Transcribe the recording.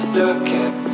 looking